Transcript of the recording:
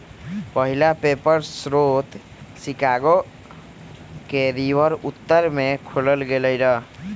पहिला पेपर स्रोत शिकागो के रिवर उत्तर में खोलल गेल रहै